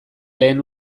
lehen